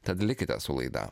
tad likite su laida